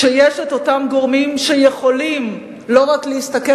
כשיש אותם גורמים שיכולים לא רק להסתכל